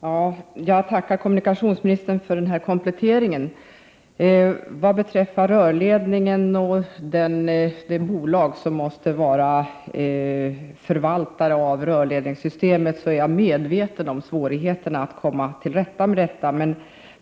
Herr talman! Jag tackar kommunikationsministern för denna komplettering. Vad beträffar rörledningen och det bolag som måste vara förvaltare av rörledningssystemet är jag medveten om svårigheterna att få den till stånd.